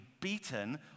beaten